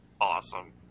Awesome